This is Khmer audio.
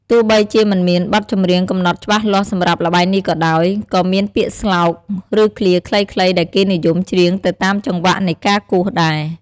ទោះបីជាមិនមានបទចម្រៀងកំណត់ច្បាស់លាស់សម្រាប់ល្បែងនេះក៏ដោយ ក៏មានពាក្យស្លោក ឬឃ្លាខ្លីៗដែលគេនិយមច្រៀងទៅតាមចង្វាក់នៃការគោះដែរ។